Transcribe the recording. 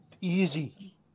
easy